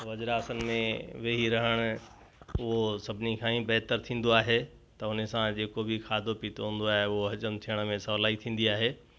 वज्रासन में वेही रहणु उहो सभिनी खां ई बहितर थींदो आहे त उन सां जेको बि खाधो पीतो हूंदो आहे उहो हज़मु थियण में सहुलाई थींदी आहे